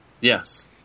Yes